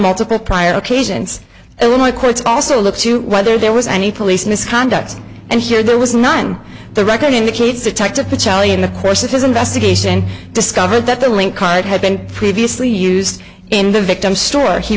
multiple prior occasions illinois courts also look to whether there was any police misconduct and here there was none the record indicates detective to charlie in the course of his investigation discovered that the link card had been previously used in the victim store he